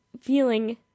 feeling